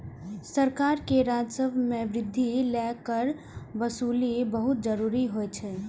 सरकार के राजस्व मे वृद्धि लेल कर वसूली बहुत जरूरी होइ छै